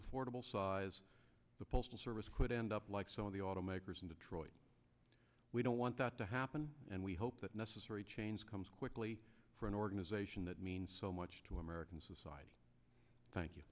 affordable size the postal service could end up like some of the automakers in detroit we don't want that to happen and we hope that necessary change comes quickly for an organization that means so much to american society thank you